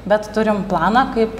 bet turim planą kaip